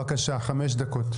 חמש דקות.